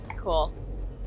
cool